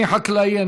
אני חקלאי,